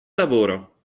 lavoro